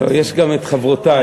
יש גם חברותי.